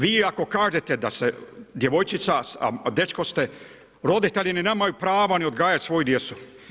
Vi ako kažete da se djevojčica, a dečko ste, roditelji ni nemaju prava ni odgajati svoju djecu.